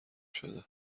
شده